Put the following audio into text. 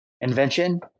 invention